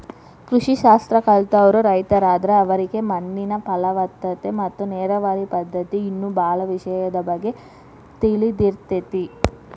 ಕೃಷಿ ಶಾಸ್ತ್ರ ಕಲ್ತವ್ರು ರೈತರಾದ್ರ ಅವರಿಗೆ ಮಣ್ಣಿನ ಫಲವತ್ತತೆ ಮತ್ತ ನೇರಾವರಿ ಪದ್ಧತಿ ಇನ್ನೂ ಬಾಳ ವಿಷಯದ ಬಗ್ಗೆ ತಿಳದಿರ್ತೇತಿ